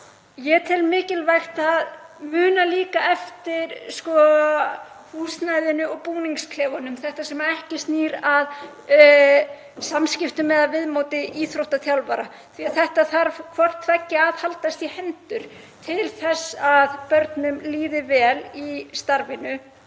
að ég tel mikilvægt að muna eftir húsnæðinu og búningsklefunum, því sem ekki snýr að samskiptum eða viðmóti íþróttaþjálfara. Þetta þarf hvort tveggja að haldast í hendur til þess að börnum líði vel í starfinu.